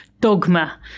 dogma